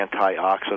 antioxidant